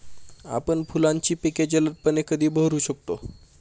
आपण फुलांची पिके जलदपणे कधी बहरू शकतो?